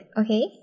okay